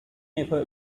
never